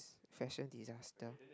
fashion disaster